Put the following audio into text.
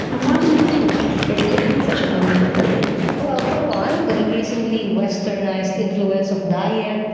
and why do you think it's becoming such a problem in the philippines? well for one, the increasingly westernised influence of diet,